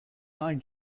not